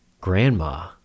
grandma